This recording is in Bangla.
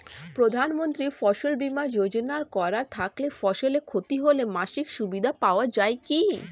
প্রধানমন্ত্রী ফসল বীমা যোজনা করা থাকলে ফসলের ক্ষতি হলে মাসিক সুবিধা পাওয়া য়ায় কি?